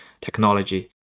technology